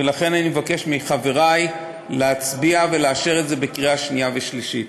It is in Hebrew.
ולכן אני מבקש מחברי להצביע ולאשר את זה בקריאה שנייה ושלישית.